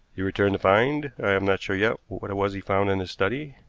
he returned to find i am not sure yet what it was he found in his study,